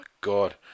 God